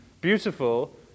beautiful